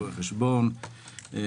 רואה חשבון,